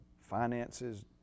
finances